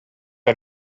are